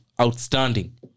outstanding